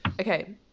Okay